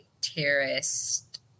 terrorist